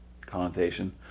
connotation